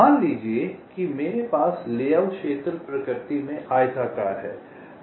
मान लीजिए कि मेरे पास लेआउट क्षेत्र प्रकृति में आयताकार है